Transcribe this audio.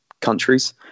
countries